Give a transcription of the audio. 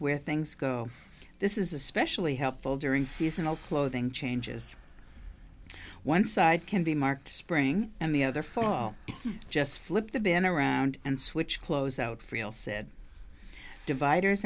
where things go this is especially helpful during seasonal clothing changes one side can be marked spring and the other phone just flip the been around and switch clothes out feel said divider